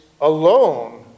alone